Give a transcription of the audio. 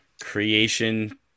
creation